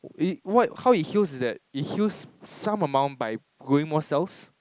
it what how it heals is that it heals some amount by growing more cells